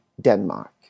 Denmark